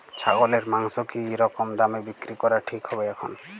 ছাগলের মাংস কী রকম দামে বিক্রি করা ঠিক হবে এখন?